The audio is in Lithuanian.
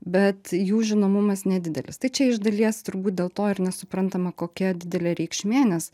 bet jų žinomumas nedidelis tai čia iš dalies turbūt dėl to ir nesuprantama kokia didelė reikšmė nes